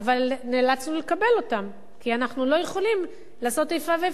אבל נאלצנו לקבל אותם כי אנחנו לא יכולים לעשות איפה ואיפה,